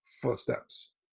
footsteps